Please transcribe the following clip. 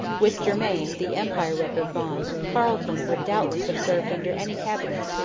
with germain, the empire-wrecker, gone, carleton would doubtless have served under any cabinet,